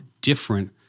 different